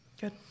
Good